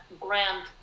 grand